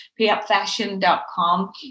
payupfashion.com